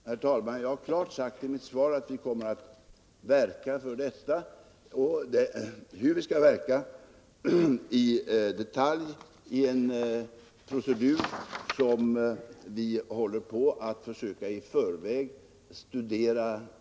Herr talman! Jag har klart sagt i mitt svar att vi kommer att verka för detta. Hur vi skall verka i detalj är en procedur som vi försöker att i förväg studera.